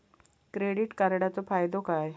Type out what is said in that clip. Credit कार्डाचो फायदो काय?